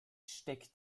steckt